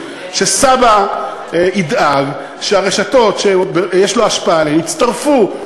שסבא ידאג שהרשתות שיש לו השפעה עליהן יצטרפו,